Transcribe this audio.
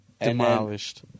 demolished